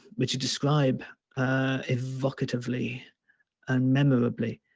which you describe evocatively and memorably